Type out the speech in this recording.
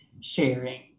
sharing